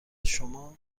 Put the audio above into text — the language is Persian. شما